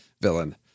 villain